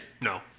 no